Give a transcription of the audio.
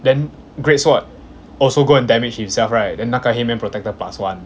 then great sword also go and damage himself right then 那个 heymann protector plus one